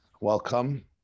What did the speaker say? welcome